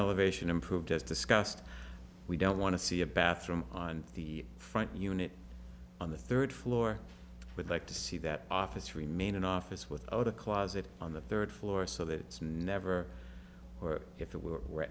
of ation improved as discussed we don't want to see a bathroom on the front unit on the third floor would like to see that office remain in office without a closet on the third floor so that never if it were